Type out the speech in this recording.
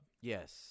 Yes